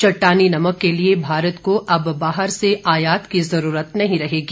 चट्टानी नमक के लिए भारत को अब बाहर से आयात की जरूरत नहीं रहेगी